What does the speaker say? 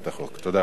תודה, אדוני.